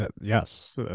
yes